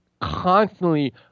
constantly